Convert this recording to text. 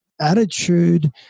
attitude